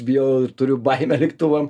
bijau ir turiu baimę lėktuvam